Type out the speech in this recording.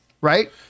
Right